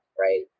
right